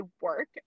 work